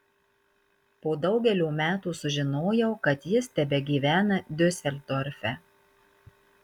po daugelio metų sužinojau kad jis tebegyvena diuseldorfe